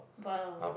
!wow!